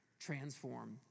transform